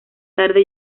tarde